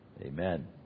Amen